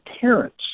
parents